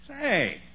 Say